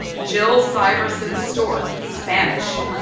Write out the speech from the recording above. jill syverson-stork, spanish.